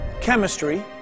chemistry